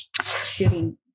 shooting